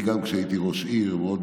גם כשהייתי ראש עיר אני מאוד